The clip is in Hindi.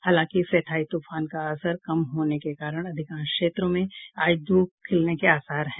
हालांकि फेथाई तूफान का असर कम होने के कारण अधिकांश क्षेत्रों में आज धूप खिलने के आसार हैं